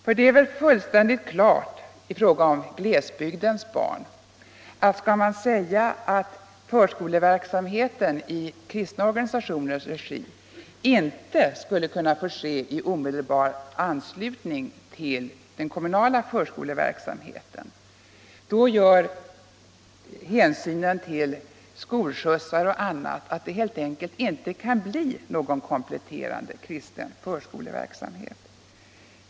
Der är i fråga om glesbygdens barn fullständigt klart att skulle förskoleverksamhet i kristna organisationers regi inte får ske i omedelbar anslutning till den kommunala förskoleverksamheten medför hänsyn till skolskjutsar och annat helt enkelt att det inte skulle bli någon kompletterande kristen förskoleverksamhet.